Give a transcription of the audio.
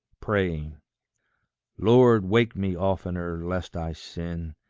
praying lord, wake me oftener, lest i sin.